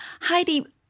Heidi